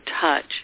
touch